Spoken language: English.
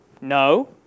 No